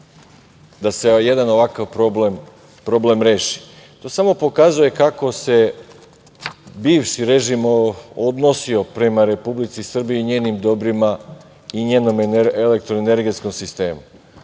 da se jedan ovakav problem reši. To samo pokazuje kako se bivši režim odnosio prema Republici Srbiji i njenim dobrima i njenom elektroenergetskom sistemu. Važnije